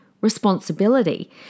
responsibility